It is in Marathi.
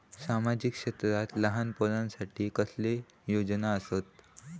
सामाजिक क्षेत्रांत लहान पोरानसाठी कसले योजना आसत?